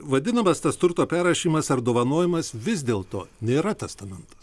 vadinamas tas turto perrašymas ar dovanojimas vis dėl to nėra testamentas